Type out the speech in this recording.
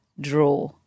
draw